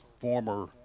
former